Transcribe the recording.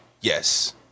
yes